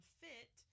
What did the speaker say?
fit